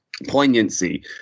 Poignancy